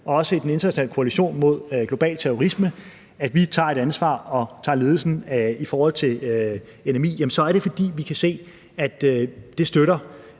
og også i den internationale koalition mod global terrorisme tager et ansvar og tager ledelsen i forhold til NMI, så er det, fordi vi kan se, at det støtter